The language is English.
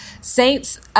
Saints